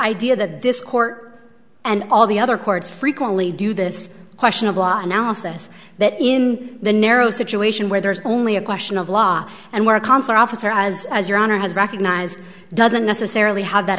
idea that this court and all the other courts frequently do this question of law analysis that in the narrow situation where there is only a question of law and where a concert officer has as your honor has recognized doesn't necessarily have that